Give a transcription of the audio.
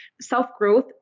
self-growth